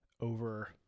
over